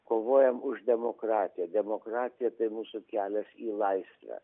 kovojame už demokratiją demokratija tai mūsų kelias į laisvę